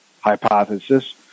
hypothesis